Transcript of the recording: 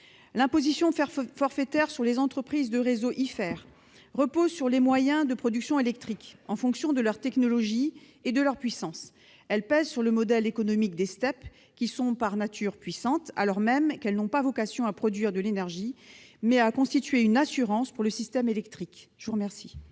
L'imposition forfaitaire sur les entreprises de réseaux repose sur les moyens de production électrique, en fonction de leur technologie et de leur puissance. Elle pèse sur le modèle économique des STEP, par nature puissantes, alors même qu'elles n'ont pas vocation à produire de l'énergie, mais à constituer une assurance pour le système électrique. Quel